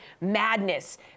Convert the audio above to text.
madness